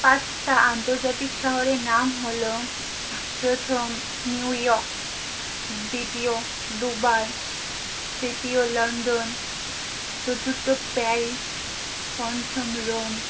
পাঁচটা আন্তর্জাতিক শহরের নাম হল প্রথম নিউ ইয়র্ক দ্বিতীয় দুবাই তৃতীয় লন্ডন চতুর্থ প্যারিস পঞ্চম রোম